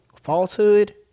Falsehood